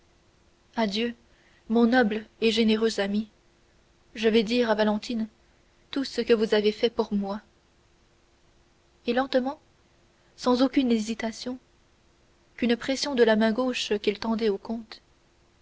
adieu mon noble et généreux ami je vais dire à valentine tout ce que vous avez fait pour moi et lentement sans aucune hésitation qu'une pression de la main gauche qu'il tendait au comte